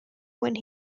when